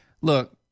Look